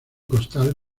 costal